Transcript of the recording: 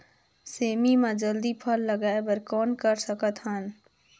सेमी म जल्दी फल लगाय बर कौन कर सकत हन?